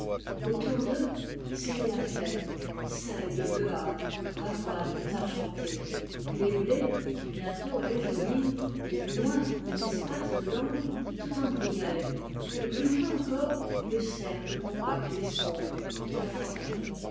autour d'eux c'était la plaine seigles bleuâtres avoines argentées et les blés qui bientôt allaient jaunir et plus loin un espace de lande tout en bruyères et plus loin encore le cercle compact et sombre la forêt